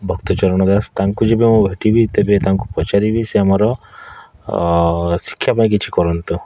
ଭକ୍ତ ଚରଣ ଦାସ ତାଙ୍କୁ ଯେବେ ମୁଁ ଭେଟିବି ତେବେ ତାଙ୍କୁ ପଚାରିବି ସେ ଆମର ଶିକ୍ଷା ପାଇଁ କିଛି କରନ୍ତୁ